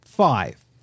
Five